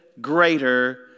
greater